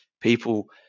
people